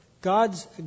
God's